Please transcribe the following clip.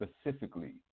specifically